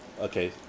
okay